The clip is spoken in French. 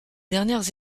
dernières